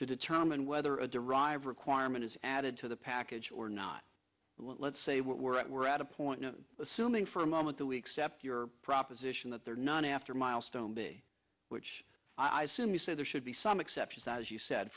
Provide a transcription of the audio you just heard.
to determine whether a derive requirement is added to the package or not let's say what we're at we're at a point assuming for a moment that we except your proposition that they're not after milestone b which i assume you say there should be some exceptions as you said